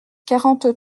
quarante